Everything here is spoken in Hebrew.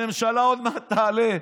הממשלה עוד מעט תעלה,